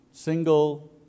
single